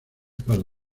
para